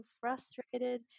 frustrated